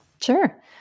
Sure